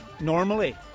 Normally